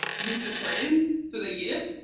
heaps of plans for the year,